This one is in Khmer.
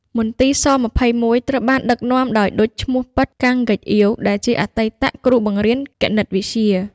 មន្ទីរស-២១ ត្រូវបានដឹកនាំដោយ ឌុច ឈ្មោះពិត កាំង ហ្គេកអ៊ាវ ដែលជាអតីតគ្រូបង្រៀនគណិតវិទ្យា។